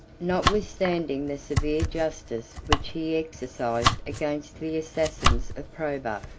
notwithstanding the severe justice which he exercised against the assassins of probus,